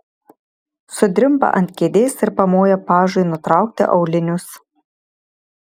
sudrimba ant kėdės ir pamoja pažui nutraukti aulinius